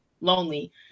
lonely